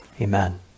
Amen